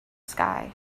sky